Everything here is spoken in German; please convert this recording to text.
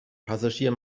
passagier